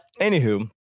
anywho